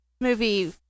Movie